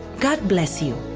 god bless you.